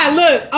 look